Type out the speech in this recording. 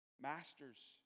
Masters